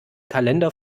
kalender